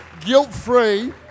guilt-free